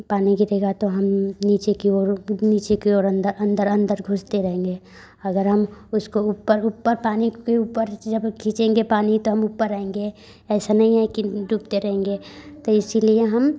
पानी गिरेगा तो हम नीचे की ओर नीचे की ओर अंदर अंदर अंदर घुसते रहेंगे अगर हम उसको ऊपर ऊपर पानी के ऊपर जब खींचेंगे पानी तो हम ऊपर रहेंगे ऐसा नहीं है कि डूबते रहेंगे तो इसीलिए हम